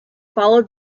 followed